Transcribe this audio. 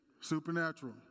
Supernatural